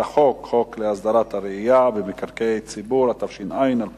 חוק להסדרת הרעייה במקרקעי ציבור, התש"ע 2010,